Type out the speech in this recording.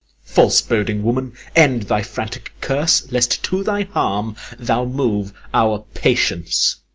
false-boding woman, end thy frantic curse, lest to thy harm thou move our patience.